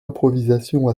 improvisation